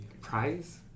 Prize